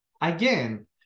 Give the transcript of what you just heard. again